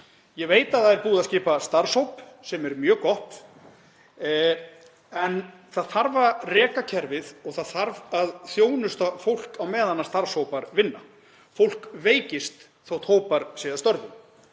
Ég veit að það er búið að skipa starfshóp, sem er mjög gott, en það þarf að reka kerfið og það þarf að þjónusta fólk á meðan starfshópar vinna. Fólk veikist þótt hópar séu að störfum.